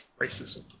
Racism